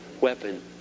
weapon